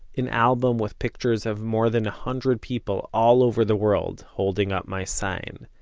an album with pictures of more than a hundred people all over the world holding up my sign.